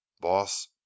Boss